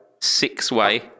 Six-way